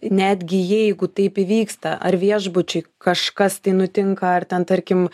netgi jeigu taip įvyksta ar viešbučiui kažkas tai nutinka ar ten tarkim